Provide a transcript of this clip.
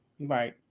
Right